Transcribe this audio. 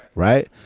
right?